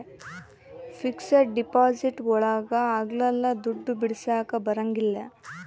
fixed deposit ಒಳಗ ಅಗ್ಲಲ್ಲ ದುಡ್ಡು ಬಿಡಿಸಕ ಬರಂಗಿಲ್ಲ